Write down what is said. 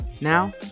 Now